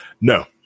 No